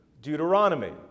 Deuteronomy